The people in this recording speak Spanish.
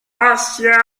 asia